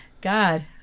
God